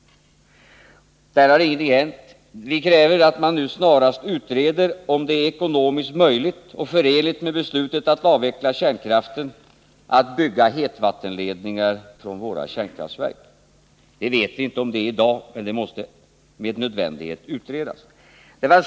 Där har ingenting hänt. Vi kräver att man nu snarast utreder om det är ekonomiskt möjligt och förenligt med beslutet om att avveckla kärnkraften att bygga hetvattenledningar från våra kärnkraftverk. Det vet vi inte om det är i dag, men det måste med nödvändighet utredas.